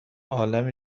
عالم